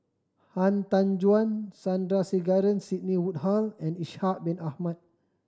Han Tan Juan Sandrasegaran Sidney Woodhull and Ishak Bin Ahmad